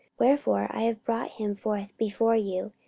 wherefore i have brought him forth before you,